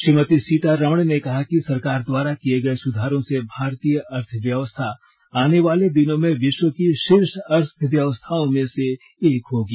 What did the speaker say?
श्रीमती सीतारमण ने कहा कि सरकर द्वारा किये गये सुधारों से भारतीय अर्थव्यवस्था आने वाले दिनों में विश्व की शीर्ष अर्थव्यवस्थाओं में से एक होगी